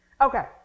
Okay